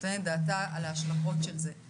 נותנת את דעתה על ההשלכות של זה.